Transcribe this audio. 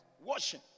Washing